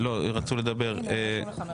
חבר הכנסת בוסו,